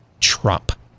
Trump